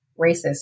racist